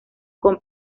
con